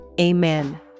Amen